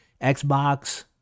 Xbox